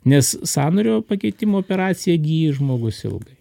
nes sąnario pakeitimo operacija gyja žmogus ilgai